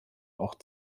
auch